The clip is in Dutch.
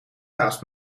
kaas